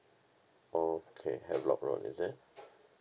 okay havelock road is it